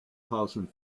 thousand